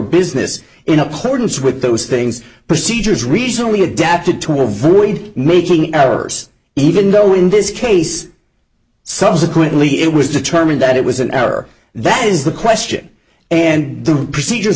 business in uploads with those things procedures recently adapted to avoid making errors even though in this case subsequently it was determined that it was an error that is the question and the procedures